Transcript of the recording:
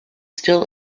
still